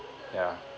yeah